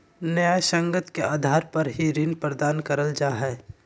न्यायसंगत के आधार पर ही ऋण प्रदान करल जा हय